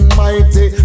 mighty